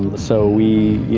so, we,